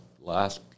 last